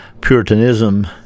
Puritanism